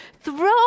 Throw